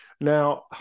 Now